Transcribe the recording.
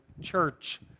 church